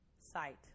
site